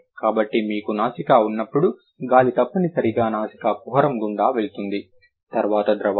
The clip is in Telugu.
కాబట్టి మీకు నాసికా ఉన్నప్పుడు గాలి తప్పనిసరిగా నాసికా కుహరం గుండా వెళుతుంది తరువాత ద్రవాలు